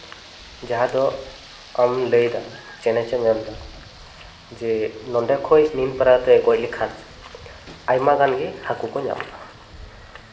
ᱡᱟᱦᱟᱸ ᱫᱚ ᱟᱢᱮᱢ ᱞᱟᱹᱭ ᱮᱫᱟ ᱪᱮᱞᱮᱧᱡᱽ ᱮᱢ ᱮᱢ ᱮᱫᱟ ᱡᱮ ᱱᱚᱰᱮ ᱠᱷᱚᱱ ᱱᱩᱱ ᱯᱟᱨᱟᱛᱮ ᱜᱚᱡ ᱞᱮᱠᱷᱟᱱ ᱟᱭᱢᱟ ᱜᱟᱱ ᱜᱮ ᱦᱟᱹᱠᱩ ᱠᱚ ᱧᱟᱢᱚᱜᱼᱟ